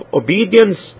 obedience